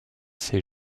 ses